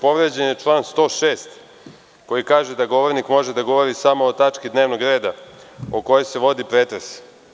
Povređen je član 106. koji kaže da govornik može da govori samo o tački dnevnog reda o kojoj se vodi pretres.